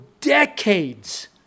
decades